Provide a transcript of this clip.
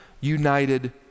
united